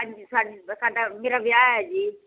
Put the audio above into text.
ਹਾਂਜੀ ਹਾਂਜੀ ਸਾਡਾ ਮੇਰਾ ਵਿਆਹ ਹੈ ਜੀ